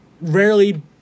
rarely